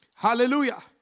Hallelujah